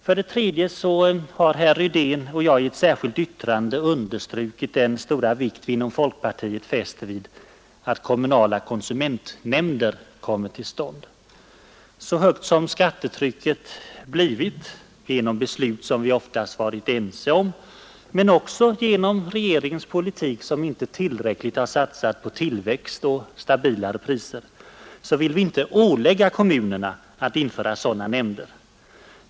För det tredje har herr Rydén och jag i ett särskilt yttrande understrukit den stora vikt vi inom folkpartiet fäster vid att kommunala konsumentnämnder kommer till stånd. Så högt som skattetrycket blivit — genom beslut som vi oftast varit ense om, men också genom regeringens politik som inte tillräckligt har satsat på tillväxt och stabilare priser — vill vi inte ålägga kommunerna att införa sådana nämnder.